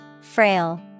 Frail